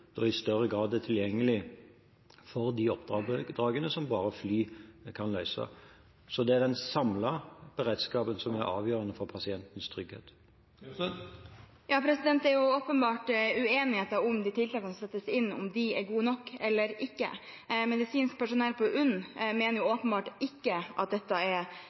i større grad er tilgjengelig for de oppdragene som bare fly kan løse. Så det er den samlede beredskapen som er avgjørende for pasientens trygghet. Det er åpenbart uenighet om de tiltakene som settes inn, om de er gode nok eller ikke. Medisinsk personell på UNN mener åpenbart at dette ikke er